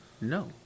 No